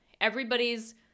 everybody's